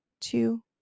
two